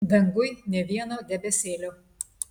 danguj nė vieno debesėlio